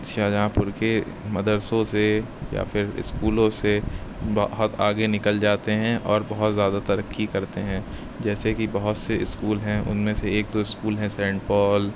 شاہجہاں پور کے مدرسوں سے یا پھر اسکولوں سے بہت آگے نکل جاتے ہیں اور بہت زیادہ ترقی کرتے ہیں جیسے کہ بہت سے اسکول ہیں ان میں سے ایک تو اسکول ہے سینٹ پال